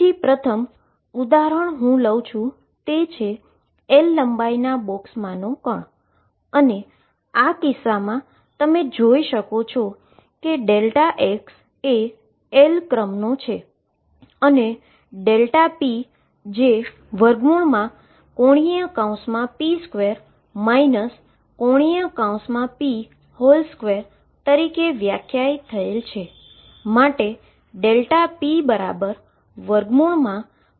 તેથી પ્રથમ ઉદાહરણ હું લઉં છું તે છે L લેન્થના બોક્સમાંનો કણ અને તમે આ કિસ્સામાં જોઈ શકો છો કે x એ L ક્રમનો છે અને Δp જે ⟨p2⟩ ⟨p⟩2 તરીકે વ્યાખ્યાયિત થયેલ છે